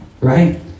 right